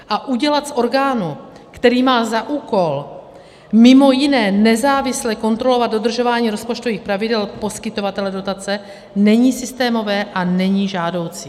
A udělat z orgánu, který má za úkol mimo jiné nezávisle kontrolovat dodržování rozpočtových pravidel poskytovatele dotace, není systémové a není žádoucí.